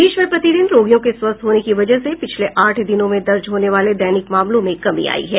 देश में प्रतिदिन रोगियों के स्वस्थ होने की वजह से पिछले आठ दिनों में दर्ज होने वाले दैनिक मामलों में कमी आई है